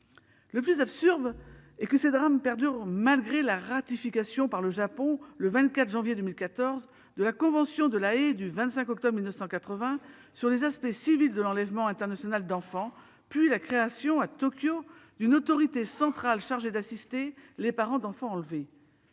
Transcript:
Le plus absurde est que ces drames perdurent malgré la ratification par le Japon, le 24 janvier 2014, de la convention de La Haye du 25 octobre 1980 sur les aspects civils de l'enlèvement international d'enfants, puis la création, à Tokyo, d'une autorité centrale chargée d'assister les parents d'enfants enlevés.